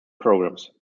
programs